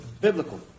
biblical